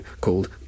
called